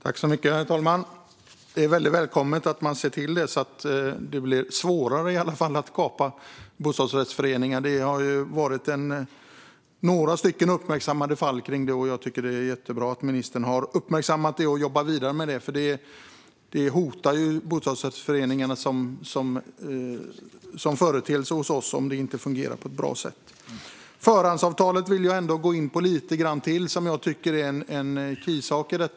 Herr talman! Det är väldigt välkommet att man ser till att det i alla fall blir svårare att kapa bostadsrättsföreningar. Det har ju varit några sådana uppmärksammade fall. Jag tycker att det är jättebra att ministern har uppmärksammat och jobbar vidare med detta, för det hotar ju bostadsrättsföreningarna som företeelse om det inte fungerar på ett bra sätt. Jag vill gå in lite grann till på förhandsavtalet.